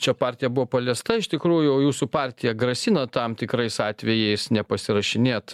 čia partija buvo paliesta iš tikrųjų jūsų partija grasino tam tikrais atvejais nepasirašinėt